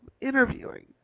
interviewing